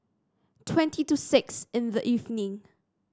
twenty to six in the evening